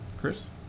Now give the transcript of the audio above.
Chris